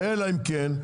אלא אם כן,